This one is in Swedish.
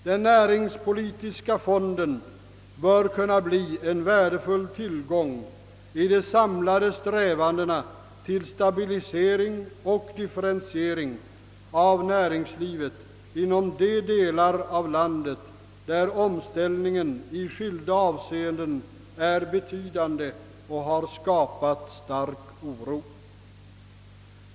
Den näringspolitiska fonden bör kunna bli en värdefull tillgång i de samlade strävandena till stabilisering och differentiering av näringslivet inom de delar av landet, där omställningen i skilda avseenden är betydande och har skapat stark oro.